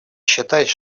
считать